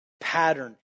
pattern